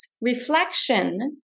reflection